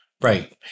Right